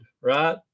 right